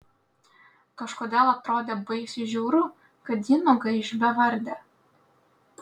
kažkodėl atrodė baisiai žiauru kad ji nugaiš bevardė